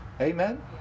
amen